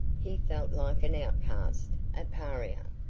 he felt like an outcast, a pariah,